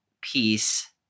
peace